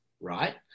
right